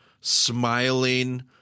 smiling